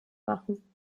machen